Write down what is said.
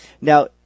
Now